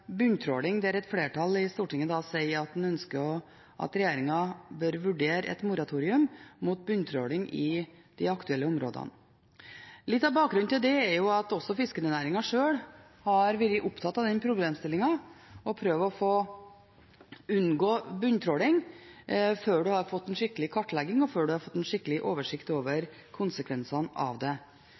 flertall i Stortinget sier at en ønsker at regjeringen bør vurdere et moratorium mot bunntråling i de aktuelle områdene. Litt av bakgrunnen for det er at fiskenæringen sjøl har vært opptatt av den problemstillingen og prøver å unngå bunntråling før en har fått en skikkelig kartlegging, og før en har fått en skikkelig oversikt over konsekvensene av det.